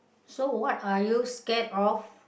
so what are you scared of